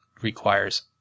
requires